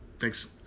thanks